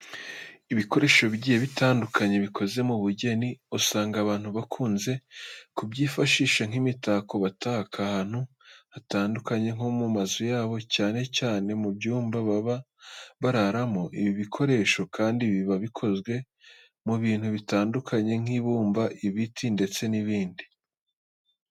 Ibikoresho bigiye bitandukanye bikoze mu bugeni, usanga abantu bakunze kubyifashisha nk'imitako bataka ahantu hatandukanye nko mu mazu yabo cyane cyane mu byumba baba bararamo. Ibi bikoresho kandi biba bikozwe mu bintu bitandukanye nk'ibumba, ibiti ndetse n'ibindi.